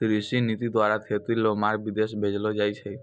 कृषि नीति द्वारा खेती रो माल विदेश भेजलो जाय छै